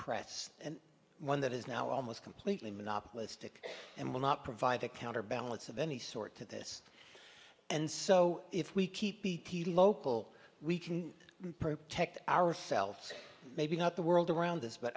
press and one that is now almost completely monopolistic and will not provide a counterbalance of any sort to this and so if we keep local we can protect ourselves maybe not the world around us but